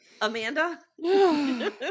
Amanda